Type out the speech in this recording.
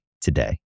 today